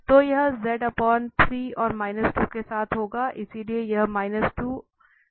तो यह z 3 और 2 के साथ होगा इसलिए यह है